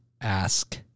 ask